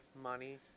money